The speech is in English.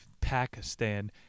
Pakistan